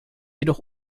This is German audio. jedoch